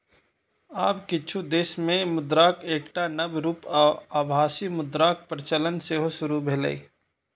आब किछु देश मे मुद्राक एकटा नव रूप आभासी मुद्राक प्रचलन सेहो शुरू भेलैए